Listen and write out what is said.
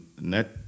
net